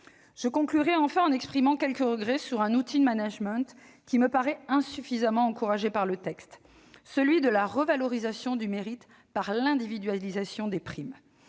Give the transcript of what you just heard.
Je conclurai en exprimant quelques regrets sur un outil de management qui me paraît insuffisamment encouragé par le texte : celui de la valorisation du mérite par l'individualisation des primes.